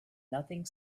nothing